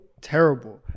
terrible